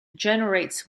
generates